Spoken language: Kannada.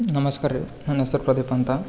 ನಮಸ್ಕಾರ ರೀ ನನ್ನ ಹೆಸರು ಪ್ರದೀಪ್ ಅಂತ